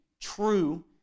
true